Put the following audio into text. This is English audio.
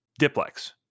Diplex